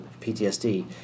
PTSD